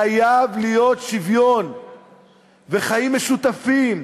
חייב להיות שוויון וחיים משותפים.